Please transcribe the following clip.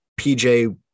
PJ